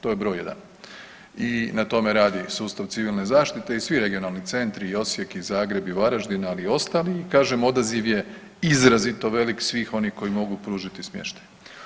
To je br. 1 i na tome radi sustav civilne zaštite i svi regionalni centri, i Osijek i Zagreb i Varaždin, ali i ostali, i kažem, odaziv je izrazito velik svih onih koji mogu pružiti smještaj.